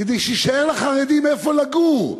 כדי שיישאר לחרדים איפה לגור.